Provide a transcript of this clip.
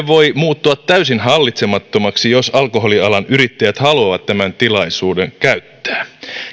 voi muuttua täysin hallitsemattomaksi jos alkoholialan yrittäjät haluavat tämän tilaisuuden käyttää